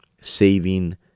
saving